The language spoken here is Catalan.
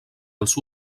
els